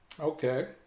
Okay